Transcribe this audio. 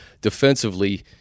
defensively